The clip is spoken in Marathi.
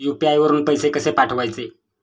यु.पी.आय वरून पैसे कसे पाठवायचे?